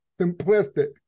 simplistic